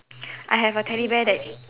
I have a teddy bear that